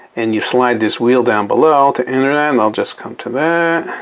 and you slide this wheel down below to enter that and i'll just come to that.